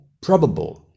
probable